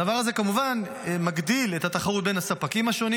הדבר הזה כמובן מגדיל את התחרות בין הספקים השונים